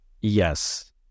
Yes